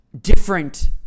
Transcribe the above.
different